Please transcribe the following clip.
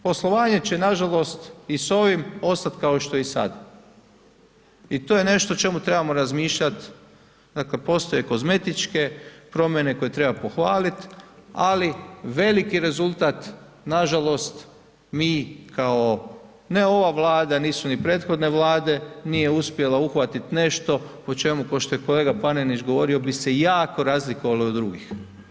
Poslovanje će nažalost i s ovim ostat kao što je i sad I to je nešto o čemu trebamo razmišljati, dakle postoje kozmetičke promjene koje treba pohvaliti, ali veliki rezultat, nažalost mi kao, ne ova Vlada, nisu ni prethodne Vlade, nije uspjela uhvatiti nešto o čemu, pošto je kolega Panenić govorio, bi se jako razlikovalo od drugih.